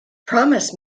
promise